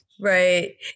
Right